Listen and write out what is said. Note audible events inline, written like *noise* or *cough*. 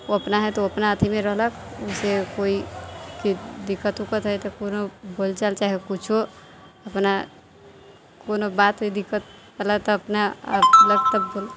उ अपना है तऽ उ अपना अथीमे रहलक उसे कोइ दिक्कत उक्कत है तऽ कोनो बोल चाल चाहे कुछो अपना कोनो बातके दिक्कत *unintelligible*